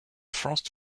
first